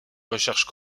recherche